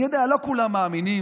אני יודע, לא כולם מאמינים